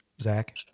Zach